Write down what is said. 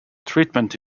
treatment